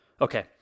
Okay